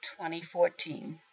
2014